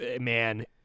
man